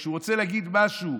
כשהוא רוצה להגיד משהו,